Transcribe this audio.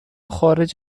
خارج